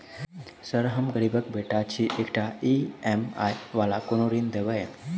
Sir हम गरीबक बेटा छी एकटा ई.एम.आई वला कोनो ऋण देबै?